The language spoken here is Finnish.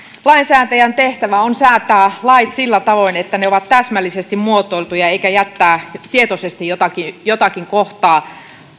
lainsäätäjän tehtävä on säätää lait sillä tavoin että ne ovat täsmällisesti muotoiltuja eikä jättää tietoisesti jotakin jotakin kohtaa